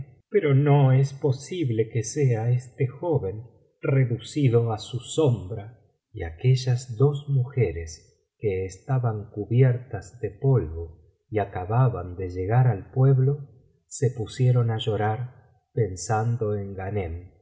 noche no es posible que sea este joven reducido á su sombra y aquellas dos mujeres que estaban cubiertas de polvo y acababan de llegar al pueblo se pusieron á llorar pensando en ghanem